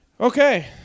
Okay